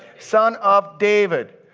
son of david.